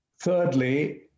Thirdly